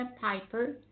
Piper